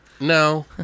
No